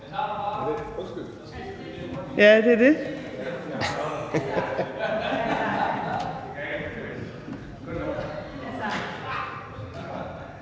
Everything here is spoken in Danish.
og det er det,